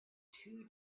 two